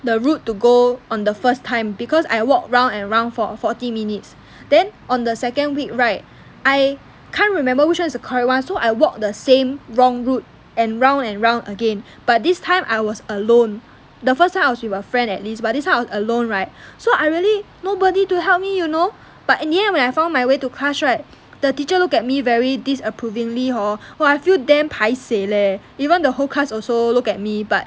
the route to go on the first time because I walk round and round for forty minutes then on the second week right I can't remember which one is the correct [one] so I walk the same wrong route and round and round again but this time I was alone the first time I was with a friend at least but this time I was alone right so I really nobody to help me you know but in the end when I found my way to class right the teacher look at me very disapprovingly hor !wah! I feel damn paiseh leh even the whole class also look at me but